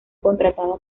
contratada